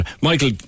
Michael